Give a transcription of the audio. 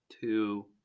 two